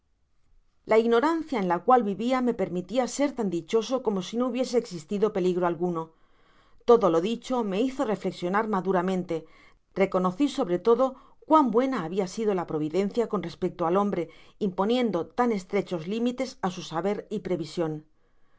la ignorancia en la cual viviame permitia ser tan dichoso como si no hubiese existido peligro alguno todo lo dicho me hizo reflexionar maduramente reconoci sobre todo cuán buena habla sido la providencia con respecto al hombre imponiendo tan estrechos limites á su saber y prevision